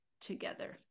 together